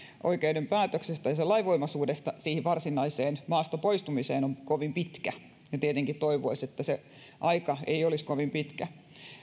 oikeuden päätöksestä ja sen lainvoimaisuudesta siihen varsinaiseen maasta poistumiseen on kovin pitkä ja tietenkin toivoisi että se aika ei olisi kovin pitkä